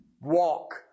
walk